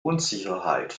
unsicherheit